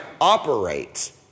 operate